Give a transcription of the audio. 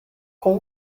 com